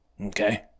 Okay